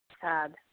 sad